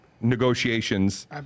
negotiations